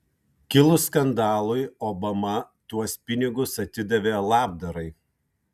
kilus skandalui obama tuos pinigus atidavė labdarai